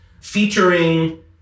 featuring